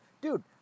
Dude